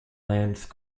lance